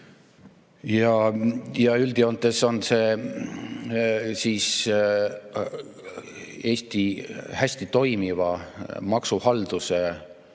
Ja üldjoontes on see Eesti hästi toimiva maksuhalduse